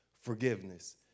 Forgiveness